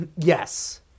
yes